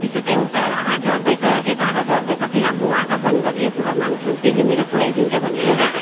कि shooting star आहा झर्दैछ त्यो तारा झर्दैछ त्यसलाई म आँखा बन्द गरेर यो कुरा माग्छु त्यसले मेरो पुर्याइदिन्छ भन्ने एउटा